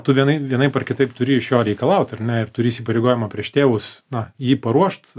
tu vienai vienaip ar kitaip turi iš jo reikalaut ar ne ir turi įsipareigojimą prieš tėvus na jį paruošt